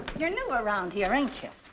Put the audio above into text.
you're new around here, ain't you?